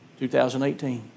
2018